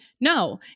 no